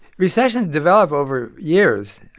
recessions develop over years,